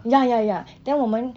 ya ya ya then 我们